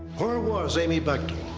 where was amy but